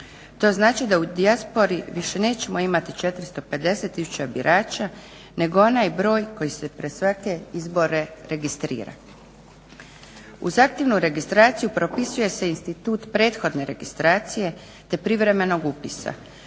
To znači da u dijaspori više nećemo imati 450 tisuća birača nego onaj broj koji se pred svake izbore registrira. Uz aktivnu registraciju propisuje se institut prethodne registracije te privremenog upisa.